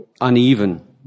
uneven